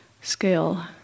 scale